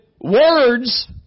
words